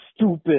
stupid